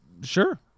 Sure